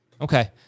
Okay